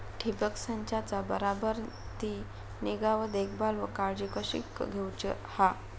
ठिबक संचाचा बराबर ती निगा व देखभाल व काळजी कशी घेऊची हा?